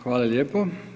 Hvala lijepo.